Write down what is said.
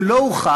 אם לא הוכח,